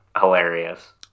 hilarious